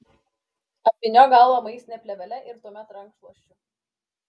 apvyniok galvą maistine plėvele ir tuomet rankšluosčiu